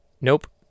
Nope